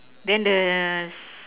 then the